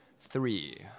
three